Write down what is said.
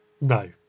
No